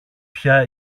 πια